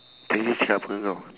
tadi dia cakap apa dengan kau